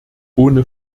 ohne